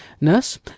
nurse